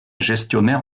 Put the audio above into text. gestionnaire